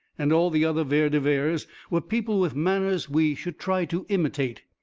and all the other vere de veres, were people with manners we should try to imitate.